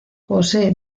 posee